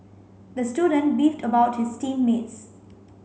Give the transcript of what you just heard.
the student beefed about his team mates